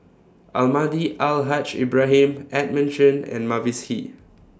Almahdi Al Haj Ibrahim Edmund Chen and Mavis Hee